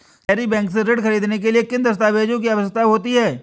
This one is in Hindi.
सहरी बैंक से ऋण ख़रीदने के लिए किन दस्तावेजों की आवश्यकता होती है?